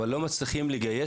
אבל לא מצליחים את האנשים,